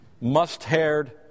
must-haired